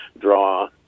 draw